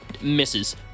misses